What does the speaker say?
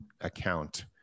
account